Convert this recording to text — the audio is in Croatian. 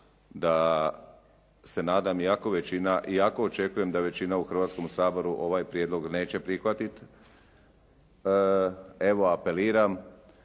iako većina, iako očekujem da većina u Hrvatskom saboru ovaj prijedlog neće prihvatiti. Evo apeliram